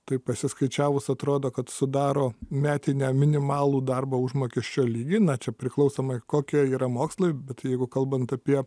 taip pasiskaičiavus atrodo kad sudaro metinę minimalų darbo užmokesčio lygį na čia priklausomai kokie yra mokslui bet jeigu kalbant apie